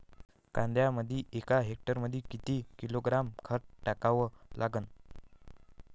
कांद्याले एका हेक्टरमंदी किती किलोग्रॅम खत टाकावं लागन?